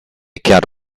chiar